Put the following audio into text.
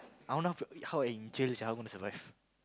I wonder h~ how in jail sia I gonna survive